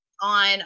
on